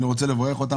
אני רוצה לברך אותם.